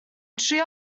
trio